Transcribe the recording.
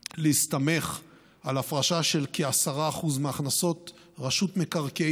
להסתמך על הפרשה של כ-10% מהכנסות רשות מקרקעי